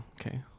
okay